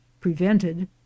prevented